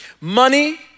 money